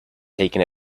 taken